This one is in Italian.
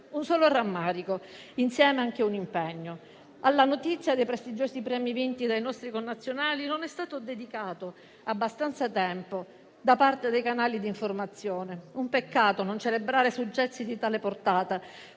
un solo rammarico, che è insieme anche un impegno: alla notizia dei prestigiosi premi vinti dai nostri connazionali non è stato dedicato abbastanza tempo da parte dei canali d'informazione. È un peccato non celebrare successi di tale portata